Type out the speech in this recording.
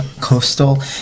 coastal